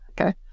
okay